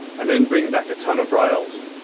and then bring back a tonne of rails?